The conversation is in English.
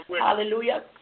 Hallelujah